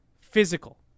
physical